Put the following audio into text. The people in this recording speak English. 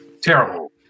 Terrible